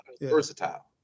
versatile